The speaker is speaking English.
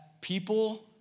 people